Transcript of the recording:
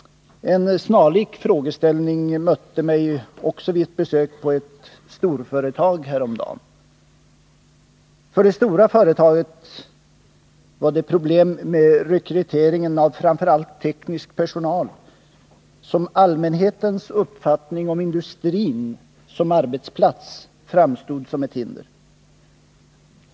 En snarlik frågeställning mötte mig också vid ett besök på ett storföretag häromdagen. Där hade man på grund av allmänhetens uppfattning om industrin som arbetsplats problem med rekryteringen av framför allt teknisk personal.